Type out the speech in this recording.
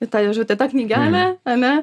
į tą ėžutę tą knygelę ane